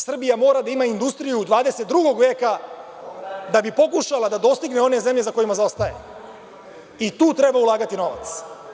Srbija mora da ima industriju 22. veka da bi pokušala da dostigne one zemlje za kojima zaostaje i tu treba ulagatinovac.